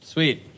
Sweet